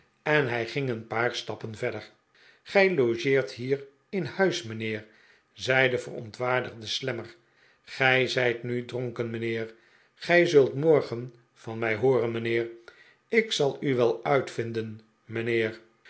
en hij ging een paar stappen verder gij logeert hier in huis mijnheer zei de verontwaardigde slammer gij zijt nu dronken mijnheer gij zult morgen van mij hooren mijnheerl ik zal u wel uitvinden